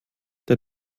der